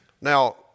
Now